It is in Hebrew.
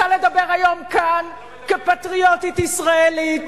אני רוצה לדבר היום כאן כפטריוטית ישראלית,